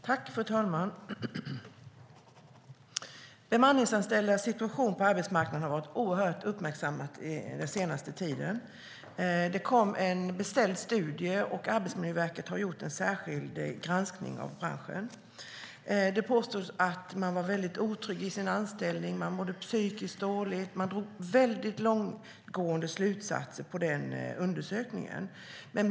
Fru talman! Bemanningsanställdas situation på arbetsmarknaden har varit oerhört uppmärksammad den senaste tiden. Det kom en beställd studie, och Arbetsmiljöverket har gjort en särskild granskning av branschen. Det påstods att man var väldigt otrygg i sin anställning och att man mådde psykiskt dåligt. Det drogs väldigt långtgående slutsatser av undersökningen.